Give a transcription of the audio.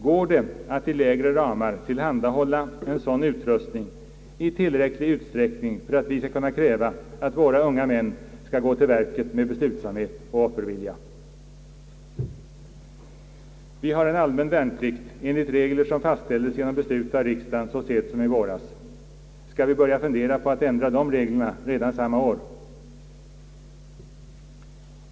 Går det att 1 lägre ramar tillhandahålla en sådan utrustning i tillräcklig utsträckning för att vi skall kunna kräva att våra unga män skall gå till verket med beslutsamhet och offervilja? Vi har en allmän värnplikt enligt regler som fastställdes genom beslut av riksdagen så sent som i våras. Skall vi börja fundera på att ändra de reglerna redan samma år?